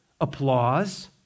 applause